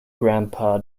grandpa